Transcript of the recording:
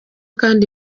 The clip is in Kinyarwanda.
kandi